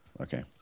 okay